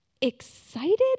excited